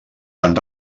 fan